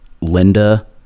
Linda